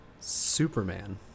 Superman